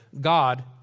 God